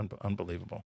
unbelievable